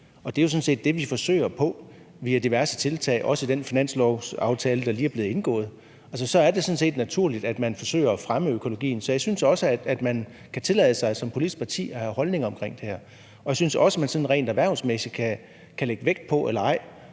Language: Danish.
set det, vi forsøger på via diverse tiltag, også i den finanslovsaftale, der lige er blevet indgået. Så er det sådan set naturligt, at man forsøger at fremme økologien. Så jeg synes også, at man som politisk parti kan tillade sig at have holdninger til det, og at man sådan rent erhvervsmæssigt kan vælge at lægge